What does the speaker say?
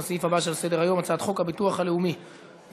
לסעיף הבא שעל סדר-היום: הצעת חוק הביטוח הלאומי (תיקון,